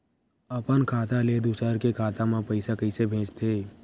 अपन खाता ले दुसर के खाता मा पईसा कइसे भेजथे?